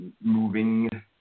moving